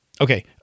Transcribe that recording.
Okay